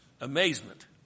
amazement